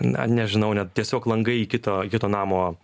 na nežinau net tiesiog langai į kito į kito namo